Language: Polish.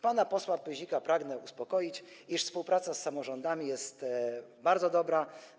Pana posła Pyzika pragnę uspokoić, iż współpraca z samorządami jest bardzo dobra.